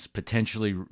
potentially